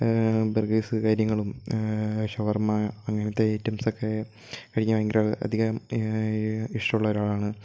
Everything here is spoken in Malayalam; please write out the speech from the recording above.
ബർഗേഴ്സ് കാര്യങ്ങളും ഷവർമ്മ അങ്ങനത്തെ ഐറ്റംസൊക്കെ കഴിക്കാൻ ഭയങ്കര അധികം ഇഷ്ടമുള്ള ഒരാളാണ്